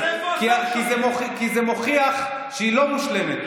כי זה מוכיח שהיא לא מושלמת,